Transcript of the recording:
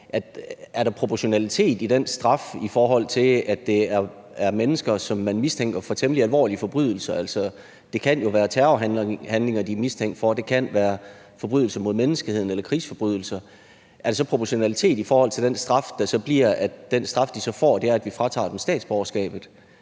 Er der proportionalitet i den straf, i forhold til at det er mennesker, som man mistænker for temmelig alvorlige forbrydelser? Altså, det kan jo være terrorhandlinger, de er mistænkt for; det kan være forbrydelser mod menneskeheden eller krigsforbrydelser. Er der så proportionalitet i straffen, hvis den straf, de så får, bliver, at vi fratager dem statsborgerskabet?